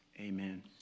Amen